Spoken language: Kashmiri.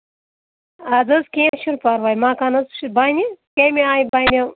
اَدٕ حظ کیٚنٛہہ چھُنہٕ پَرواے مکان حظ چھُ بَنہِ کمہِ آیہِ بَنہِ